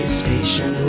station